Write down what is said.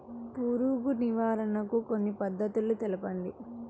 పురుగు నివారణకు కొన్ని పద్ధతులు తెలుపండి?